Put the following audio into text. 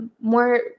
more